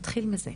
נתחיל בזה.